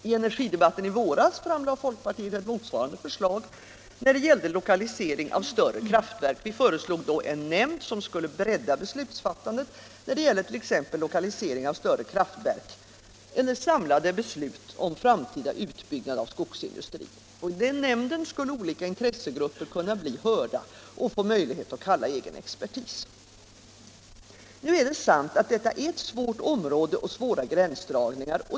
I energidebatten i våras framlade folkpartiet ett motsvarande förslag när det gällde lokaliseringen av större kraftverk. Vi föreslog en nämnd som skulle bredda beslutsfattandet. Detta skulle också gälla samlade beslut om framtida utbyggnad av skogsindustrin. I den nämnden skulle olika intressegrupper kunna bli hörda och få möjlighet att kalla egen expertis. Det är sant att detta är ett svårt område med svåra gränsdragningar.